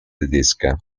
tedesca